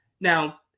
Now